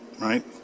right